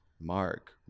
Mark